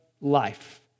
life